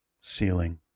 ceiling